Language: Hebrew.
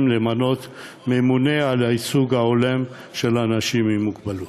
למנות ממונה על הייצוג ההולם של אנשים עם מוגבלות.